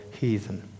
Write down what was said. heathen